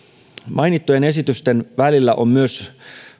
mainittujen esitysten välillä on myös